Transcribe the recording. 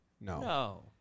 No